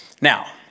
Now